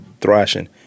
thrashing